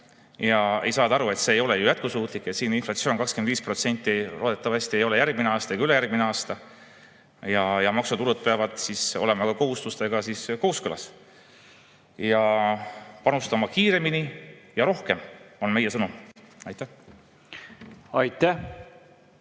Ei saada aru, et see ei ole ju jätkusuutlik, et siin inflatsioon 25% loodetavasti ei ole järgmine aasta ega ka ülejärgmine aasta. Ja maksutulud peavad siis olema ka kohustustega kooskõlas. [Peab] panustama kiiremini ja rohkem, on meie sõnum. Aitäh! Aitäh!